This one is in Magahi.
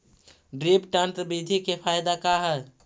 ड्रिप तन्त्र बिधि के फायदा का है?